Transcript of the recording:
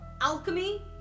alchemy